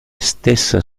stessa